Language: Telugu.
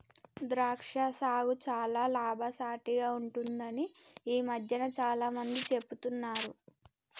ద్రాక్ష సాగు చాల లాభసాటిగ ఉంటుందని ఈ మధ్యన చాల మంది చెపుతున్నారు